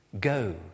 Go